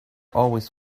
always